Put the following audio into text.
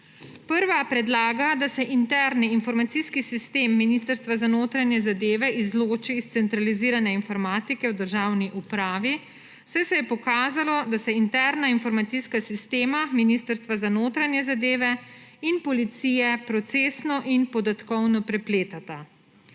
Prva predlaga, da se interni informacijski sistem Ministrstva za notranje zadeve izloči iz centralizirane informatike v državni upravi, saj se je pokazalo, da se interna informacijska sistema Ministrstva za notranje zadeve in policije procesno in podatkovno prepletata.